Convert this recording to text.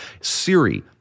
Siri